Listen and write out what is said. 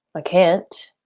i can't.